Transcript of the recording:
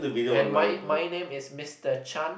and my my name is Mister Chan